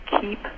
keep